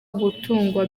gutungwa